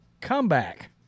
comeback